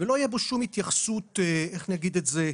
ולא תהיה בו שום התייחסות, איך נגיד את זה?